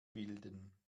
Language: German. bilden